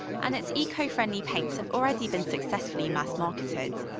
and its eco-friendly paints have already been successfully mass-marketed.